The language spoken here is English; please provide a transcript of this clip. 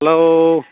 hello